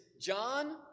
John